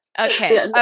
Okay